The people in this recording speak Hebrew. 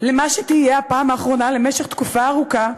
למה שתהיה הפעם האחרונה למשך תקופה ארוכה,